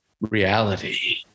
reality